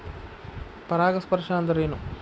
ಪರಾಗಸ್ಪರ್ಶ ಅಂದರೇನು?